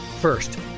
First